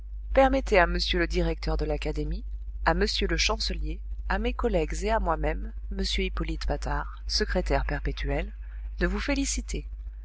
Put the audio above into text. permettez à m le directeur de l'académie à m le chancelier à mes collègues et à moi-même m hippolyte patard secrétaire perpétuel de vous féliciter